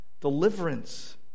Deliverance